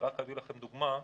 אביא לכם דוגמה.